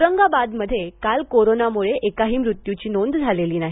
औरंगाबादमध्ये काल कोरोनामुळे एकाही मृत्यूची नोंद नाही